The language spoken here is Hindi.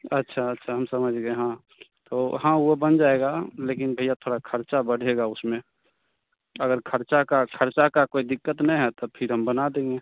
अच्छा अच्छा हम समझ गए हाँ तो हाँ वो बन जाएगा लेकिन भैया थोड़ा खर्चा बढ़ेगा उसमें अगर खर्चा का खर्चा का कोई दिक्कत नहीं है तो फिर हम बना देंगे